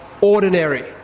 ordinary